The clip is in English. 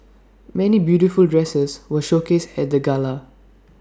many beautiful dresses were showcased at the gala